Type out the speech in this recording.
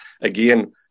Again